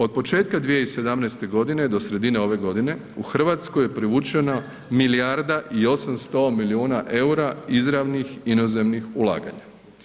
Od početka 2017. g. do sredine ove godine, u Hrvatskoj je privučeno milijarda i 800 milijuna eura izravnih inozemnih ulaganja.